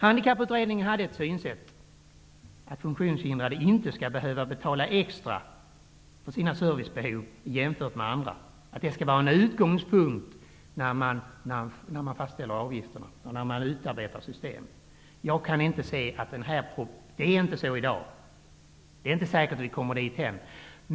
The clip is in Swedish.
Handikapputredningen hade uppfattningen att funktionshindrade inte skall behöva betala mer än andra för den service de behöver och att detta skall vara en utgångspunkt när man fastställer avgifterna eller utarbetar avgiftssystem. Så är det inte i dag, och det är inte heller säkert att vi kommer dithän.